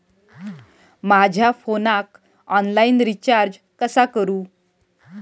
माझ्या फोनाक online recharge कसा करू?